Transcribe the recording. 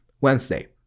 Wednesday